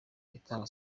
itanga